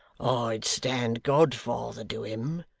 i'd stand godfather to him,